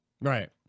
Right